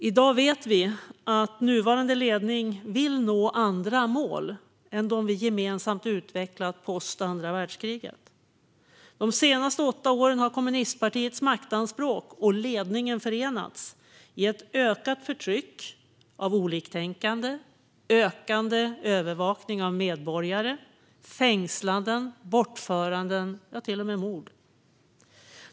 I dag vet vi att nuvarande ledning vill nå andra mål än dem vi gemensamt utvecklat efter andra världskriget. De senaste åtta åren har kommunistpartiets maktanspråk och ledningen förenats i ett ökat förtryck av oliktänkande, ökande övervakning av medborgare, fängslanden och bortföranden, ja, till och med mord.